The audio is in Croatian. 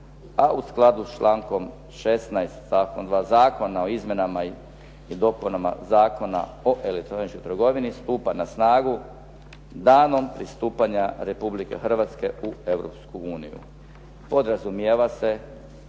a u skladu s člankom 16. Zakona o izmjenama i dopunama Zakona o elektroničkoj trgovini stupa na snagu danom pristupanja Republike Hrvatske u Europsku uniju. Podrazumijeva se